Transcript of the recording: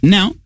Now